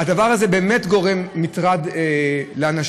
הדבר הזה באמת גורם מטרד לאנשים.